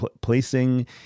placing